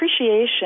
appreciation